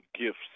gifts